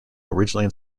originally